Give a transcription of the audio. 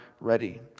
ready